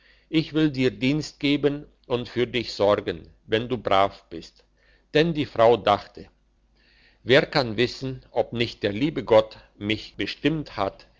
ich will dir dienst geben und für dich sorgen wenn du brav bist denn die frau dachte wer kann wissen ob nicht der liebe gott mich bestimmt hat